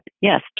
yes